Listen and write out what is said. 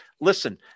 Listen